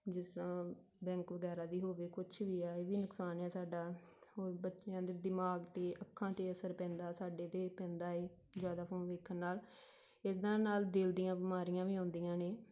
ਜਿਸ ਤਰ੍ਹਾਂ ਬੈਂਕ ਵਗੈਰਾ ਦੀ ਹੋਵੇ ਕੁਛ ਵੀ ਆ ਇਹ ਵੀ ਨੁਕਸਾਨ ਆ ਸਾਡਾ ਹੋਰ ਬੱਚਿਆਂ ਦੇ ਦਿਮਾਗ 'ਤੇ ਅੱਖਾਂ 'ਤੇ ਅਸਰ ਪੈਂਦਾ ਸਾਡੇ 'ਤੇ ਪੈਂਦਾ ਹੈ ਜ਼ਿਆਦਾ ਫੋਨ ਵੇਖਣ ਨਾਲ ਇੱਦਾਂ ਨਾਲ ਦਿਲ ਦੀਆਂ ਬਿਮਾਰੀਆਂ ਵੀ ਆਉਂਦੀਆਂ ਨੇ